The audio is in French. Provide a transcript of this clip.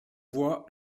voix